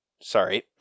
Sorry